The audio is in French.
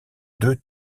deux